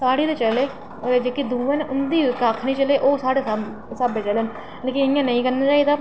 साढ़े ते चले जेह्के दूए न कक्ख निं चले ओह् साढ़े स्हाबै जेह्ड़े न इ'यां नेईं करने